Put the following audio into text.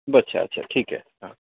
बरं अच्छा अच्छा ठीक आहे हां